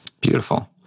beautiful